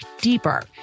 deeper